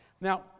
Now